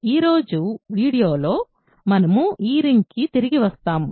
ఈరోజు వీడియోలో మనము ఈ రింగ్కి తిరిగి వస్తాము